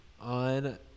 on